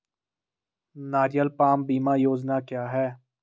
नारियल पाम बीमा योजना क्या है?